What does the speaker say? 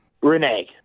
Renee